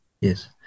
Yes